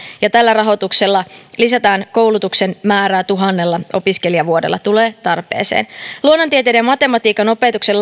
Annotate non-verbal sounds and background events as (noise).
ja tällä rahoituksella lisätään koulutuksen määrää tuhannella opiskelijavuodella tulee tarpeeseen luonnontieteiden ja matematiikan opetuksen (unintelligible)